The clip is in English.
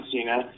Cena